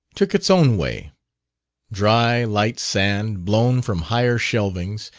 took its own way dry light sand, blown from higher shelvings,